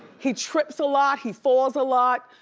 he trips a lot, he falls a lot.